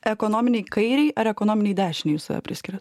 ekonominei kairei ar ekonominei dešinei jūs save priskiriat